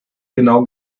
genau